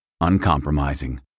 uncompromising